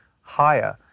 higher